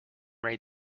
rate